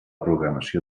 programació